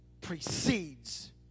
precedes